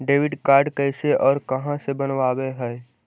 Debit card कैसे और कहां से बनाबे है?